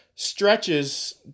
stretches